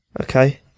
Okay